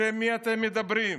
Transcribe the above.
בשם מי אתם מדברים?